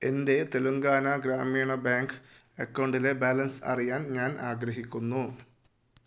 എൻ്റെ തെലങ്കാന ഗ്രാമീണ ബാങ്ക് അക്കൗണ്ടിലെ ബാലൻസ് അറിയാൻ ഞാൻ ആഗ്രഹിക്കുന്നു